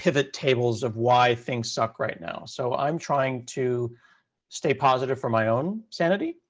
pivot tables of why things suck right now. so i'm trying to stay positive for my own sanity,